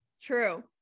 True